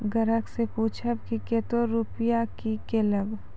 ग्राहक से पूछब की कतो रुपिया किकलेब?